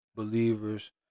Believers